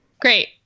Great